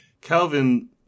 Calvin